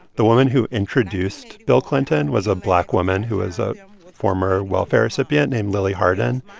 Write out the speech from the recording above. the woman who introduced bill clinton was a black woman who was a former welfare recipient named lillie harden,